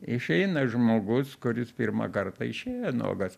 išeina žmogus kuris pirmą kartą išėjo nuogas